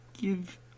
give